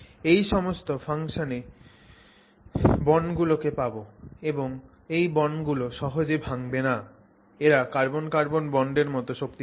এই সমস্ত জংশন এ বন্ড গুলোকে পাবো এবং এই বন্ড গুলো সহজে ভাঙবে না এরা কার্বন কার্বন বন্ডের মতন শক্তিশালী